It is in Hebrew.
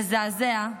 מזעזע,